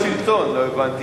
רק מהקדנציה הבאה.